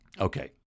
Okay